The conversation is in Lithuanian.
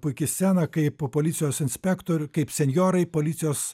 puiki scena kai po policijos inspektorių kaip senjorai policijos